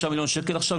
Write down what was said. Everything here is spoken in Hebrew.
5 מיליארד שקל עכשיו,